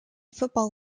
football